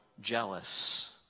jealous